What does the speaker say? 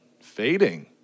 fading